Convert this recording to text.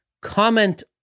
Comment